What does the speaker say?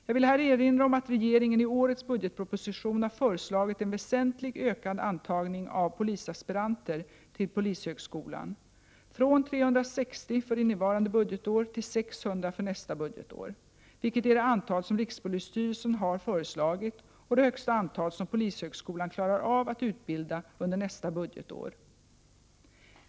Jag vill här erinra om att regeringen i årets budgetproposition har föreslagit en väsentligt ökad antagning av polisaspiranter till polishögskolan, från 360 för innevarande budgetår till 600 för nästa budgetår, vilket är det antal som rikspolisstyrelsen har föreslagit och det högsta antal som polishögskolan klarar av att utbilda under nästa budgetår.